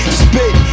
spit